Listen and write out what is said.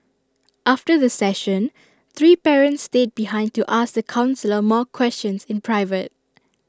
after the session three parents stayed behind to ask the counsellor more questions in private